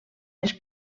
les